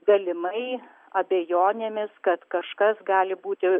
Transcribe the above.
galimai abejonėmis kad kažkas gali būti